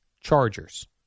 Chargers